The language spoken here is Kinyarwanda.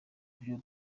byo